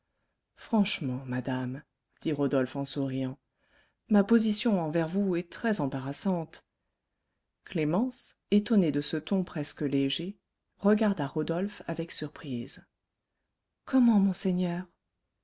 franchement madame dit rodolphe en souriant ma position envers vous est très embarrassante clémence étonnée de ce ton presque léger regarda rodolphe avec surprise comment monseigneur